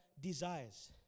desires